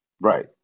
Right